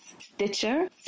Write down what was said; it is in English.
Stitcher